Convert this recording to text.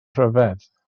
rhyfedd